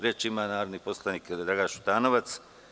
Reč ima narodni poslanik Dragan Šutanovac.